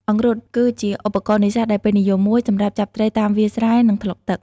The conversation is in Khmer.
អង្រុត គឺជាឧបករណ៍នេសាទដែលពេញនិយមមួយ សម្រាប់ចាប់ត្រីតាមវាលស្រែ និងថ្លុកទឹក។